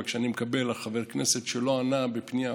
אבל כשאני מקבל על חבר כנסת שלא ענה על פנייה,